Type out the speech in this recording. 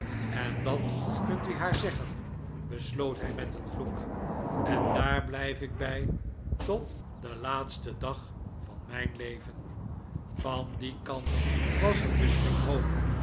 en dat kunt u haar zeggen besloot hij met een vloek en daar blijf ik bij tot den laatsten dag van mijn leven van dien kant was er dus geen hoop